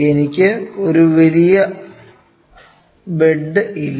എനിക്ക് ഒരു വലിയ ബെഡ് ഇല്ല